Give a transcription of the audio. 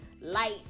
light